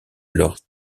alors